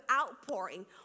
outpouring